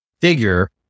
figure